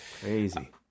crazy